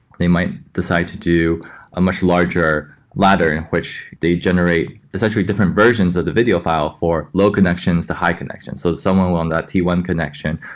they might decide to do a much larger ladder, in which they generate essentially different versions of the video file for low connections to high connection. so someone on that t one connection,